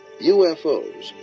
UFOs